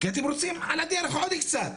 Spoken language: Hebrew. אלא כי אתם רוצים על הדרך עוד קצת.